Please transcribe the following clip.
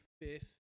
fifth